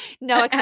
No